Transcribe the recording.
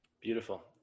Beautiful